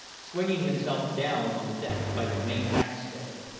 swinging himself down on the deck by the main-back stay.